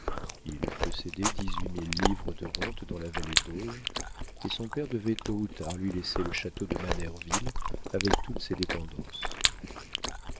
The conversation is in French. il possédait dix-huit mille livres de rente dans la vallée d'auge et son père devait tôt ou tard lui laisser le château de manerville avec toutes ses dépendances